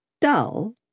Dull